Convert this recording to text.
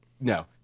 no